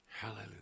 Hallelujah